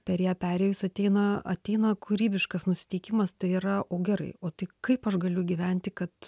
per ją perėjus ateina ateina kūrybiškas nusiteikimas tai yra o gerai o tai kaip aš galiu gyventi kad